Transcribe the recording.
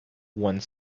one